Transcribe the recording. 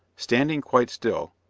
standing quite still,